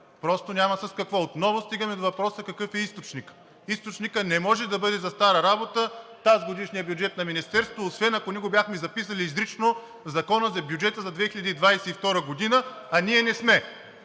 Просто няма с какво! Отново стигаме до въпроса какъв е източникът. Източникът не може да бъде за стара работа – тазгодишният бюджет на Министерството, освен ако не го бяхме записали изрично в Закона за бюджета за 2022 г., а ние не сме.